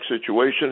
situation